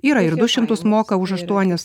yra ir du šimtus moka už aštuonis